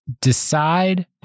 decide